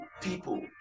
people